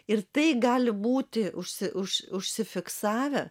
ir tai gali būti užsi už užsifiksavę